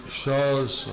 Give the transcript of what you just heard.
shows